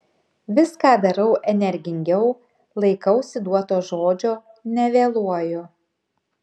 viską darau energingiau laikausi duoto žodžio nevėluoju